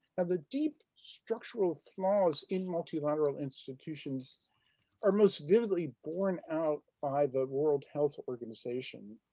ah the deep, structural flaws in multilateral institutions are most vividly borne out by the world health organization.